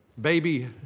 baby